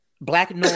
Black